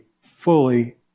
fully